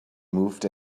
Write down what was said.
moved